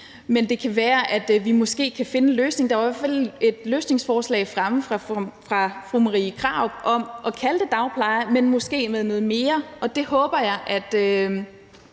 men det kan være, at vi måske kan finde en løsning. Der var i hvert fald et løsningsforslag fremme fra fru Marie Krarup om at kalde det dagplejer, men måske tilføjet noget mere, og det håber jeg at